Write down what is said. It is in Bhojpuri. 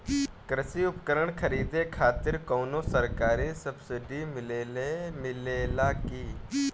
कृषी उपकरण खरीदे खातिर कउनो सरकारी सब्सीडी मिलेला की?